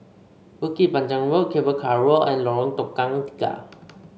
Bukit Panjang Road Cable Car Road and Lorong Tukang Tiga